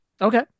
Okay